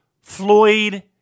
Floyd